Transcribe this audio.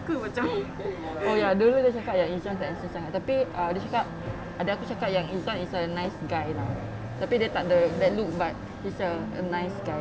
oh ya dulu dia cakap yang izuan tak handsome sangat tapi dia cakap adik aku cakap yang izuan is a nice guy lah tapi dia takde that look but he's a nice guy